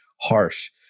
harsh